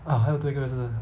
ah 还有多一个就是